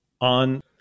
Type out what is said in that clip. on